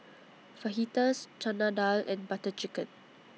Fajitas Chana Dal and Butter Chicken